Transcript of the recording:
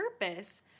purpose